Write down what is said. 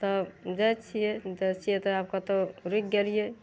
तब जाय छियै जाय छियै तऽ आब कतो रूकि गेलिये